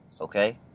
Okay